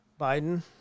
Biden